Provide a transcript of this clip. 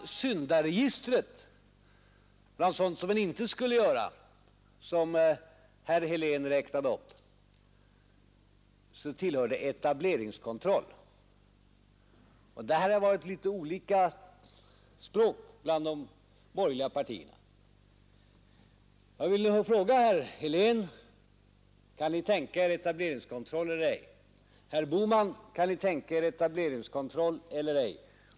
I syndaregistret, bland sådant som man inte skulle göra och som herr Helén räknade upp, ingick etableringskontroll. Det har förts litet olika språk där bland de borgerliga partierna. Jag frågar herr Helén: Kan Ni tänka Er en etableringskontroll eller ej? Jag frågar herr Bohman: Kan Ni tänka Er etableringskontroll eller ej?